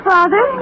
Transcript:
Father